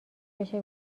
بشه